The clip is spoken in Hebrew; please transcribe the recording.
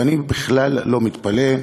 ואני בכלל לא מתפלא.